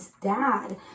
dad